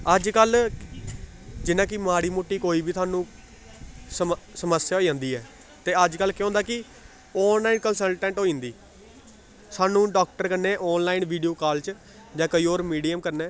अजकल्ल जि'यां कि माड़ी मुट्टी कोई बी सानूं सम समस्या होई जंदी ऐ ते अजकल्ल केह् होंदा कि आनलाइन कंसलटैंट होई जंदी सानूं डाक्टर कन्नै आनलाइन वीडियो काल च जां केईं होर मीडियम कन्नै